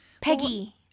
Peggy